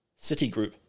Citigroup